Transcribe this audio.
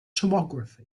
tomography